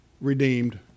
redeemed